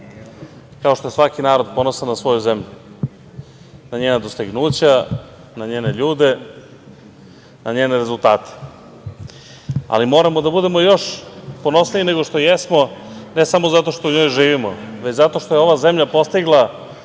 kao što je svaki narod ponosan na svoju zemlju, na njena dostignuća, na njene ljude i njene rezultate. Ali, moramo da budemo još ponosniji nego što jesmo, ne samo zato što u njoj živimo, već zato što je ova zemlja postigla